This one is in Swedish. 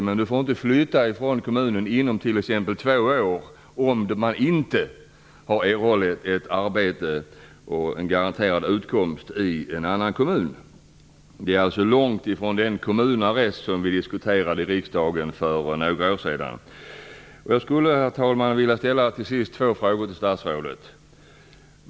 Däremot får personen inte flytta från kommunen inom t.ex. två år, om han eller hon inte har erhållit arbete och en garanterad utkomst i en annan kommun. Detta är långt ifrån den kommunarrest som vi diskuterade i riksdagen för några år sedan. Herr talman! Avslutningsvis skulle jag vilja ställa två frågor till statsrådet.